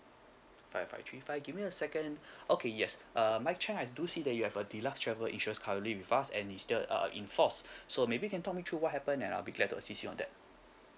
five five three five give me a second okay yes um mike cheng I do see that you have a deluxe travel insurance currently with us and is still uh in forced so maybe you can talk me through what happened and I'll be glad to assist you on that